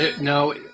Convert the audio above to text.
No